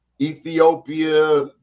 ethiopia